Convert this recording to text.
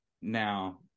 Now